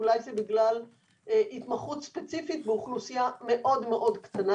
אולי זה בגלל התמחות ספציפית באוכלוסייה מאוד מאוד קטנה,